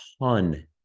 ton